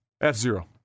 F-Zero